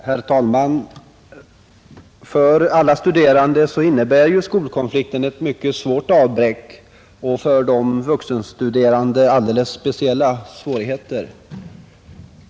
Herr talman! För alla studerande innebär skolkonflikten ett mycket svårt avbräck och för de vuxenstuderande alldeles speciella svårigheter.